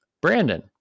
brandon